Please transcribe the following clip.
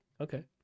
okay